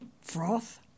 froth